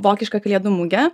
vokišką kalėdų mugę